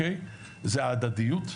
זה הדדיות,